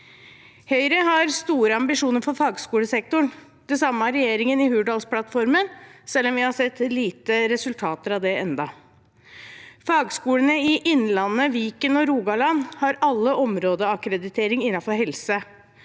Høyre har store ambisjoner for fagskolesektoren. Det samme har regjeringen i Hurdalsplattformen, selv om vi har sett få resultater av det ennå. Fagskolene i Innlandet, Viken og Rogaland har alle områdeakkreditering innenfor helse.